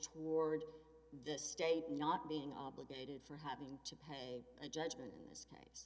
toward this state not being obligated for having to pay a judgment in this case